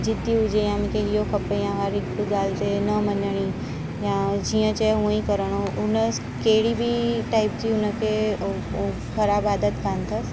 ज़िदी हुजे या मूंखे इहो खपे या हर हिकु ॻाल्हि ते न मञणी या जीअं चए उअं ई करिणो हुन कहिड़ी बि टाइप जी हुन खे ख़राबु आदत कोनि अथसि